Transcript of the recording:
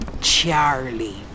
Charlie